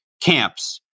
camps